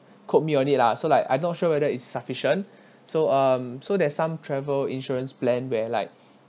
quote me on it lah so like I'm not sure whether is sufficient so um so there's some travel insurance plan where like